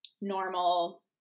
normal